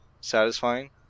satisfying